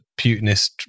Putinist